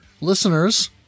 listeners